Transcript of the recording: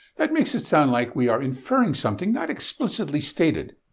that makes it sound like we are inferring something not explicitly stated.